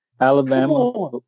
Alabama